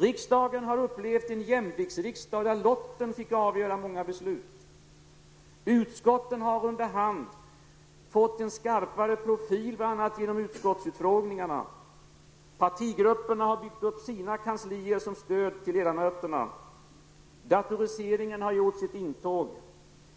Riksdagen har upplevt en jämviktsriksdag där lotten fick avgöra många beslut. Utskotten har under hand fått en skarpare profil, bl.a. genom utskottsutfrågningarna. Partigrupperna har byggt upp kanslier, som stöd till ledamöterna. Datoriseringen har gjort sitt intåg.